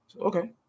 Okay